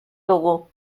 dugu